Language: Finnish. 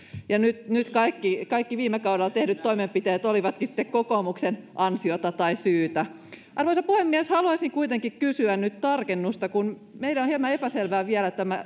ja nyt nyt kaikki kaikki viime kaudella tehdyt toimenpiteet olivatkin sitten kokoomuksen ansiota tai syytä arvoisa puhemies haluaisin kuitenkin kysyä nyt tarkennusta kun meille on hieman epäselvää vielä tämä